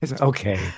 Okay